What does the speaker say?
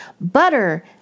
Butter